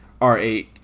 R8